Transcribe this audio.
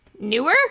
Newer